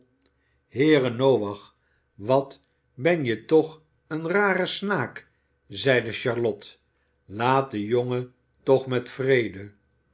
heere noach wat ben je toch een rare snaak zeide charlotte iaat den jongen toch met vrede